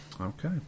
Okay